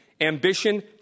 Ambition